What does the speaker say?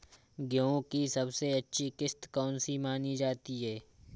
गेहूँ की सबसे अच्छी किश्त कौन सी मानी जाती है?